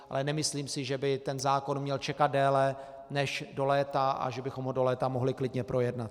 Ale nemyslím si, že by ten zákon měl čekat déle než do léta a že bychom ho do léta mohli klidně projednat.